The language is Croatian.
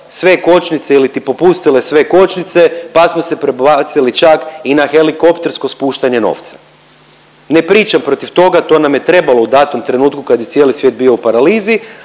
pale kočnice iliti popustile sve kočnice pa smo se prebacili čak i na helikoptersko spuštanje novca. Ne pričam protiv toga, to nam je trebalo u datom trenutku kad je cijeli svijet bio u paralizi,